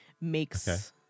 makes